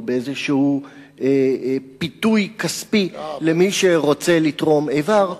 באיזה פיתוי כספי למי שרוצה לתרום איבר,